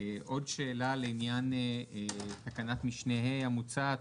עוד שאלה לעניין תקנת משנה ה' המוצעת,